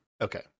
Okay